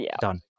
done